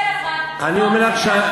שר האוצר שקשה לך,